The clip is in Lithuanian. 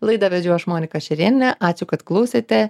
laidą vedžiau aš monika šerėnienė ačiū kad klausėte